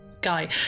guy